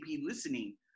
listening